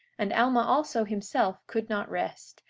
and alma, also, himself, could not rest,